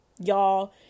y'all